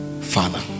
Father